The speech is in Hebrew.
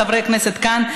לחברי הכנסת כאן.